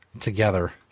together